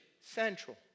central